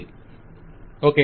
vendor okay okay